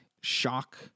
shock